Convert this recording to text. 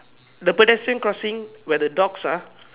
the pedestrian crossing where the dogs are